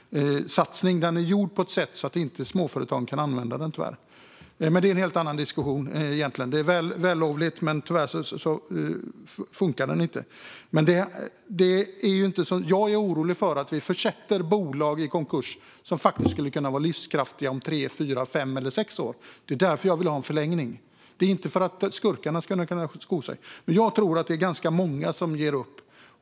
Satsningen är tyvärr gjord på så sätt att småföretagen inte kan använda den. Men det är egentligen en helt annan diskussion. Detta är vällovligt, men tyvärr funkar det inte. Jag är orolig för att vi försätter bolag i konkurs, bolag som faktiskt skulle kunna vara livskraftiga om tre, fyra, fem eller sex år. Det är därför jag vill ha en förlängning. Det är inte för att skurkarna ska kunna sko sig. Jag tror att det är ganska många som ger upp.